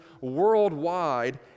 worldwide